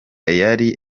yari